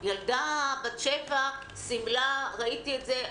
ילדה בת 7 עם שמלה ראיתי את זה,